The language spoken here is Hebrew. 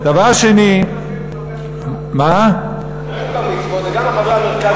גם לחברי מרכז,